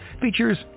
features